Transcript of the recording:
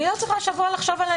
אני לא צריכה שבוע עליה.